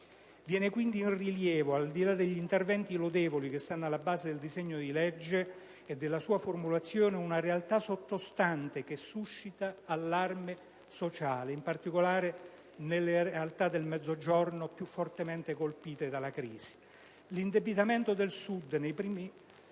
Viene quindi in rilievo, al di là degli interventi lodevoli che stanno alla base del disegno di legge e della sua formulazione, una realtà sottostante che suscita allarme sociale, in particolare nelle realtà del Mezzogiorno più fortemente colpite dalla crisi.